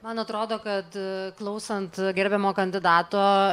man atrodo kad klausant gerbiamo kandidato